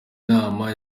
inama